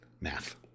math